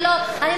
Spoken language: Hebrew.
תגידי מה הולך שם.